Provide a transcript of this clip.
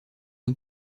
nos